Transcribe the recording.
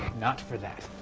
not for that.